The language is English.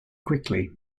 quickly